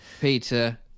Peter